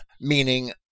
meaning